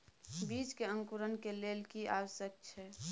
बीज के अंकुरण के लेल की आवश्यक छै?